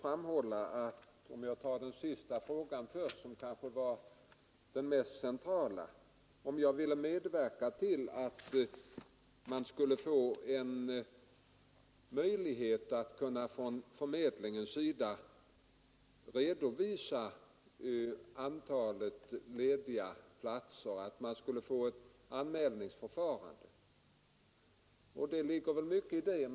Jag tar då den sista frågan först, eftersom den kanske är den mest centrala, nämligen om jag vill medverka till en redovisning från arbetsförmedlingarna rörande antalet lediga platser. Det skulle alltså vara ett anmälningsförfarande, och det ligger väl mycket i den tanken.